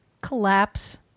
collapse